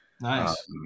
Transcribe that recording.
Nice